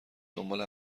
دنبال